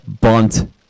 bunt